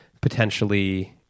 potentially